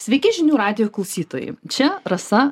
sveiki žinių radijo klausytojai čia rasa